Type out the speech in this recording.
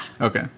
Okay